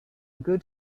good